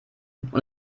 und